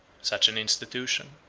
such an institution,